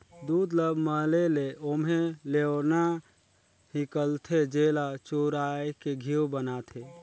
दूद ल मले ले ओम्हे लेवना हिकलथे, जेला चुरायके घींव बनाथे